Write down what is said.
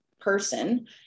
person